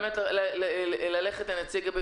אני חושבת שצריך להחליט גם מי אוכף את הדבר הזה.